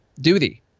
duty